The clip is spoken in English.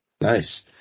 Nice